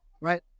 right